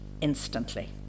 instantly